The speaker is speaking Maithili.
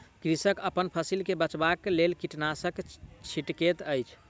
कृषक अपन फसिल के बचाबक लेल कीटनाशक छिड़कैत अछि